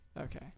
Okay